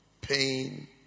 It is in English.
Pain